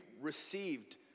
received